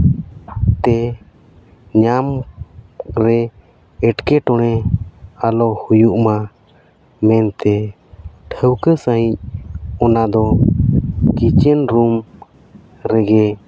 ᱛᱮ ᱧᱟᱢ ᱨᱮ ᱮᱴᱠᱮᱴᱚᱬᱮ ᱟᱞᱚ ᱦᱩᱭᱩᱜᱼᱢᱟ ᱢᱮᱱᱛᱮ ᱴᱷᱟᱹᱣᱠᱟᱹ ᱥᱟᱺᱦᱤᱡ ᱚᱱᱟ ᱫᱚ ᱠᱤᱪᱮᱱ ᱨᱩᱢ ᱨᱮᱜᱮ